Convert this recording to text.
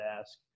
ask